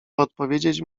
odpowiedzieć